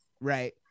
right